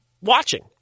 watching